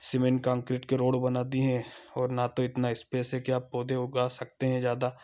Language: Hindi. सीमेंट कंक्रीट के रोड बना दिए हैं और ना तो इतना स्पेस है कि आप पौधे उगा सकते हैं ज्यादा